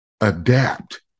adapt